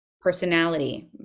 personality